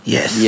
Yes